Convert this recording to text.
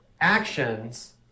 actions